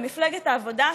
במפלגת העבודה,